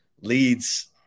leads